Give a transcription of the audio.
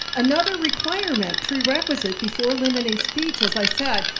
another requirement, prerequisite, before limiting speech, as i said,